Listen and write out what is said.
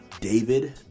david